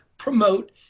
promote